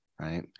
right